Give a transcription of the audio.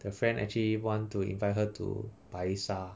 the friend actually want to invite her to 白沙